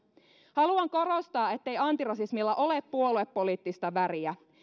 haluan korostaa ettei antirasismilla ole puoluepoliittista väriä